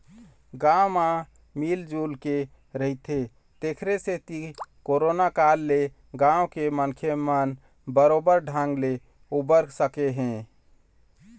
गाँव म मिल जुलके रहिथे तेखरे सेती करोना काल ले गाँव के मनखे मन बरोबर ढंग ले उबर सके हे